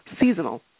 seasonal